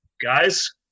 guys